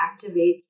activates